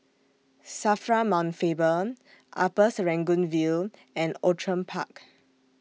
SAFRA Mount Faber Upper Serangoon View and Outram Park